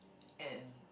and